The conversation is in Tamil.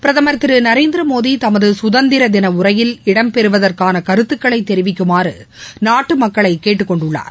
பிரதமர் திரு நரேந்திரமோடி தமது சுதந்திர தின உரையில் இடம்பெறுவதற்கான கருத்துக்களை தெரிவிக்குமாறு நாட்டு மக்களை கேட்டுக்கொண்டுள்ளார்